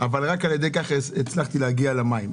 ורק על ידי כך הצלחתי להגיע למים.